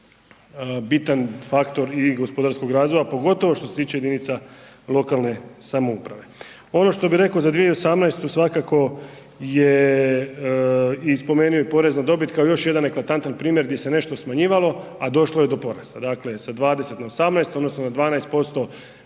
bitan faktor i gospodarskog razvoja, pogotovo što se tiče jedinica lokalne samouprave. Ono što bi rekao za 2018. svakako je i spomenuo porez na dobit kao još jedan eklatantan primjer gdje se nešto smanjivalo, a došlo je do porasta sa 20 na 18 odnosno na 12%